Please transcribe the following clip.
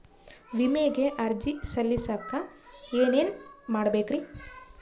ವಿಮೆಗೆ ಅರ್ಜಿ ಸಲ್ಲಿಸಕ ಏನೇನ್ ಮಾಡ್ಬೇಕ್ರಿ?